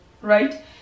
right